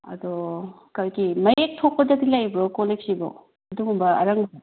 ꯑꯗꯣ ꯀꯔꯤ ꯀꯔꯤ ꯃꯌꯦꯛ ꯊꯣꯛꯄꯗꯗꯤ ꯂꯩꯕ꯭ꯔꯣ ꯀꯣꯜ ꯂꯤꯛꯁꯤꯕꯣ ꯑꯗꯨꯒꯨꯝꯕ ꯑꯔꯪꯕ